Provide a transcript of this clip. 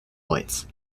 whites